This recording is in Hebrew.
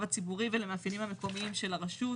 הציבורי ולמאפיינים המקומיים של הרשות,